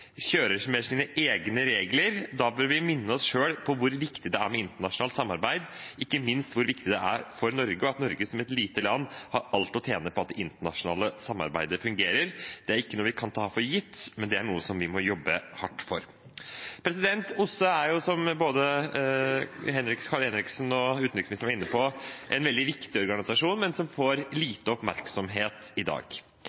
kjører med sine egne regler. Da bør vi minne oss selv på hvor viktig det er med internasjonalt samarbeid, ikke minst hvor viktig det er for Norge, og at Norge som et lite land har alt å tjene på at det internasjonale samarbeidet fungerer. Det er ikke noe vi kan ta for gitt, det er noe vi må jobbe hardt for. OSSE er, som både representanten Kari Henriksen og utenriksministeren var inne på, en veldig viktig organisasjon, men den får